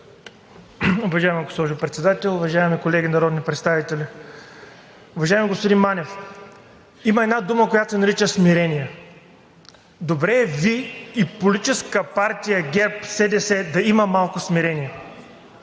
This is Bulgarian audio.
Уважаема госпожо Председател, уважаеми колеги народни представители! Уважаеми господин Манев, има една дума, която се нарича „смирение“. Добре е Вие и Политическа партия ГЕРБ, и СДС да има малко смирение.